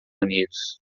unidos